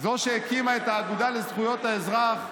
זו שהקימה את האגודה לזכויות האזרח,